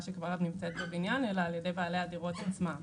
שכבר נמצאת בבניין אלא על ידי בעלי הדירות עצמם,